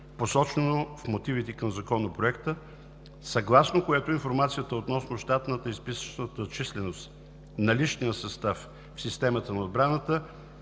посочено в мотивите към Законопроекта, съгласно което информацията относно щатната и списъчната численост на личния състав в системата на отбраната